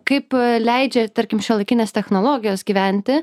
kaip leidžia tarkim šiuolaikinės technologijos gyventi